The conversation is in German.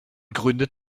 gründet